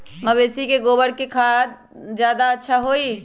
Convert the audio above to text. मवेसी के गोबर के खाद ज्यादा अच्छा होई?